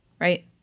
right